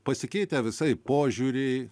pasikeitę visai požiūriai